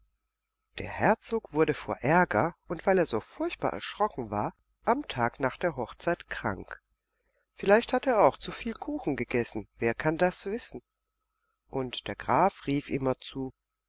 der herzog wurde vor ärger und weil er so furchtbar erschrocken war am tag nach der hochzeit krank vielleicht hatte er auch zu viel kuchen gegessen wer kann das wissen und der graf rief immerzu